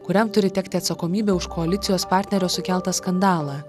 kuriam turi tekti atsakomybė už koalicijos partnerio sukeltą skandalą